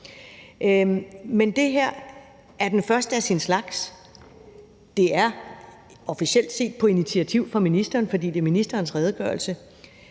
Det her er den første af sin slags. Det er officielt set på initiativ fra ministeren, for det er ministerens redegørelse.